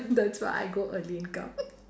that's why I go early and come